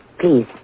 Please